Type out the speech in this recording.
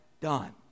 done